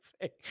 say